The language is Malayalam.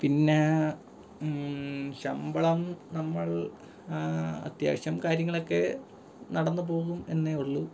പിന്നെ ശമ്പളം നമ്മൾ അത്യാവശം കാര്യങ്ങളൊക്കെ നടന്ന് പോകും എന്നെ ഉള്ളൂ